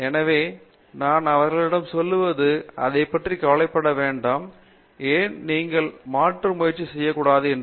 எனவே நான் அவர்களிடம் சொல்வது அதை பற்றி கவலைப்பட வேண்டாம் ஏன் நீங்கள் மாற்று முயற்சி செய்ய கூடாது என்று